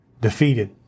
defeated